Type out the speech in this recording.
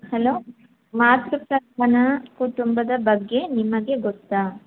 hello ಮಾತ್ರ ಪ್ರಧಾನ ಕುಟುಂಬದ ಬಗ್ಗೆ ನಿಮಗೆ ಗೊತ್ತಾ